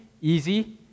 easy